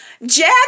Jack